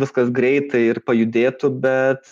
viskas greitai ir pajudėtų bet